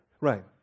Right